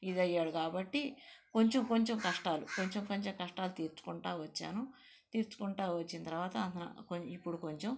ఇది అయ్యాడు కాబట్టి కొంచెం కొంచెం కష్టాలు కొంచెం కొంచెం కష్టాలు తీర్చుకుంటూ వచ్చాను తీర్చుకుంటూ వచ్చిన తరువాత ఇప్పుడు కొంచెం